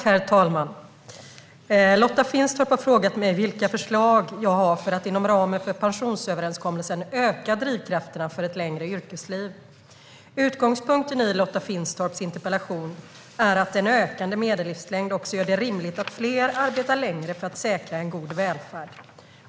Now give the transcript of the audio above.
Herr talman! Lotta Finstorp har frågat mig vilka förslag jag har för att, inom ramen för pensionsöverenskommelsen, öka drivkrafterna för ett längre yrkesliv. Utgångspunkten i Lotta Finstorps interpellation är att en ökande medellivslängd också gör det rimligt att fler arbetar längre för att säkra en god välfärd.